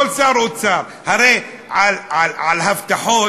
כל שר אוצר, הרי על הבטחות,